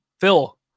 Phil